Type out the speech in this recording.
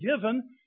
given